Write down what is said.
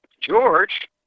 George